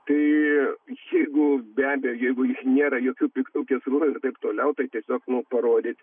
tai jeigu be abejo jeigu nėra jokių piktų kėslų ir taip toliau tai tiesiog nu parodyt